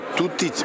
tutti